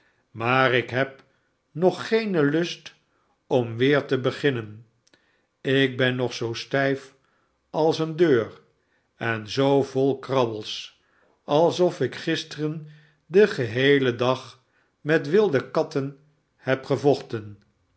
maar ik heb nog geen lust om weer te beginnen ik ben nog zoo stijf als eene deur en zoo vol krabbels r alsof ik gisteren den geheelen dag met wilde katten had gevochten